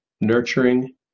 nurturing